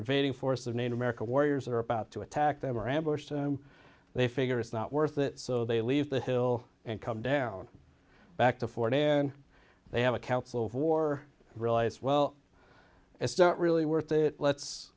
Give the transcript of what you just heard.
evading force of nature america warriors are about to attack them or ambush them they figure it's not worth it so they leave the hill and come down back to fort and they have a council of war realize well as start really worth it let's